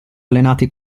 allenati